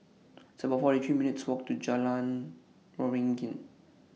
It's about forty three minutes' Walk to Jalan Waringin